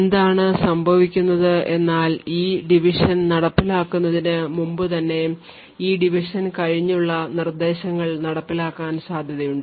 എന്താണ് സംഭവിക്കുന്നത് എന്നാൽ ഈ division നടപ്പിലാക്കുന്നതിന് മുമ്പുതന്നെ ഈ division കഴിഞ്ഞുള്ള നിർദ്ദേശങ്ങൾ നടപ്പിലാക്കാൻ സാധ്യതയുണ്ട്